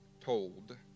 told